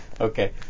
Okay